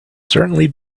certainly